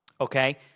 okay